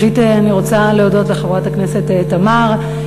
ראשית, אני רוצה להודות לחברת הכנסת תמר.